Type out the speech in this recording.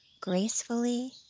gracefully